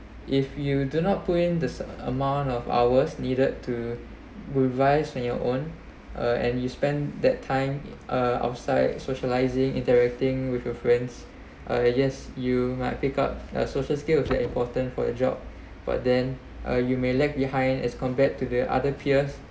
if you do not put in the amount of hours needed to revise when your own uh and you spend that time uh outside socializing interacting with your friends uh yes you might pick up a social skill important for your job but then uh you may lag behind as compared to the other peers